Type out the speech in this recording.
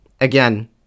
again